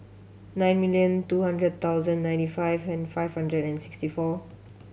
nine million two hundred thousand ninety five and five hundred and sixty four